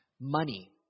money